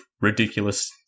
ridiculous